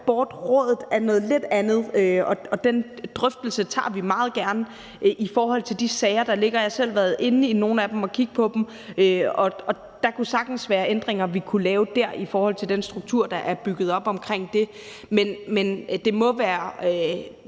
abortrådet er noget lidt andet, og den drøftelse tager vi meget gerne i forhold til de sager, der ligger. Jeg har selv været inde i nogle af dem og kigget på dem, og der kan sagtens være ændringer, vi kunne lave der, i forhold til den struktur, der er bygget op omkring det. Men det må være